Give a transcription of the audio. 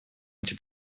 эти